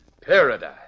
Paradise